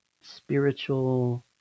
spiritual